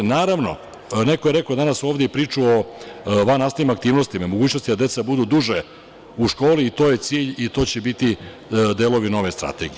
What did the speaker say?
Naravno, neko je rekao danas ovde, pričao o vannastavnim aktivnostima, mogućnosti da deca budu duže u školi i to je cilj i to će biti delovi nove strategije.